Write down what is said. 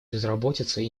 безработицы